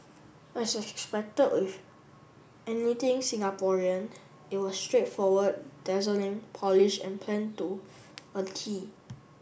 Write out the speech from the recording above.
as expected with anything Singaporean it was straightforward dazzling polished and planned to a tee